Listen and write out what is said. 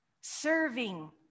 serving